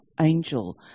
angel